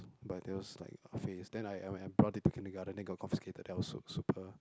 but there was like a face then I would have when I bought it to Kindergarten then it got confiscated then I su~ super